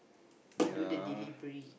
ya